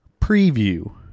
preview